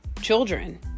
children